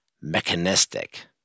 mechanistic